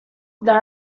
that